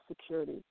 Security